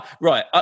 right